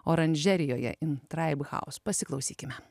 oranžerijoje in traib hauz pasiklausykime